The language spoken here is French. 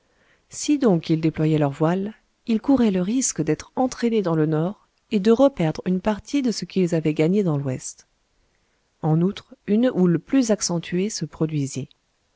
si donc ils déployaient leurs voiles ils couraient le risque d'être entraînés dans le nord et de reperdre une partie de ce qu'ils avaient gagné dans l'ouest en outre une houle plus accentuée se produisit